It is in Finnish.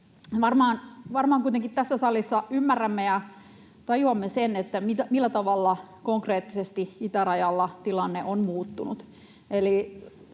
kuitenkin tässä salissa ymmärrämme ja tajuamme sen, millä tavalla konkreettisesti itärajalla tilanne on muuttunut.